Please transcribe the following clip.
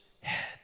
head